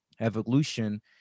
Evolution